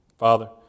Father